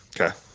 Okay